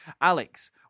Alex